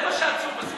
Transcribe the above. זה מה שעצוב בזה.